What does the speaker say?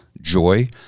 joy